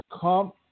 come